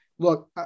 Look